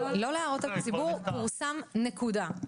לא להראות לציבור, פורסם נקודה.